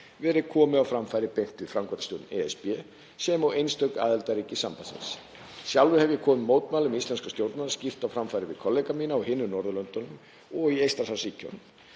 verið komið á framfæri beint við framkvæmdastjórn ESB sem og einstök aðildarríki sambandsins. Sjálfur hef ég komið mótmælum íslenskra stjórnvalda skýrt á framfæri við kollega mína á hinum Norðurlöndunum og í Eystrasaltsríkjunum.